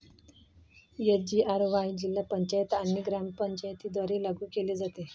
SGRY जिल्हा पंचायत आणि ग्रामपंचायतींद्वारे लागू केले जाते